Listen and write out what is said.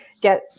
get